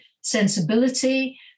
sensibility